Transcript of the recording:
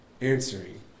answering